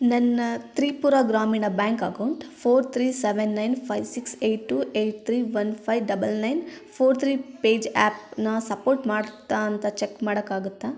ನನ್ನ Tripura Gramin bank account four three seven nine five six eight two eight three one five double nine four three ಪೇಜ್ಯಾಪನ್ನ support ಮಾಡುತ್ತಾ ಅಂತ check ಮಾಡೋಕ್ಕಾಗತ್ತಾ